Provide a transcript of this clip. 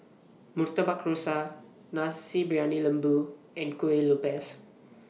Rusa Nasi Briyani Lembu and Kueh Lopes